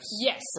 Yes